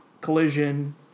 collision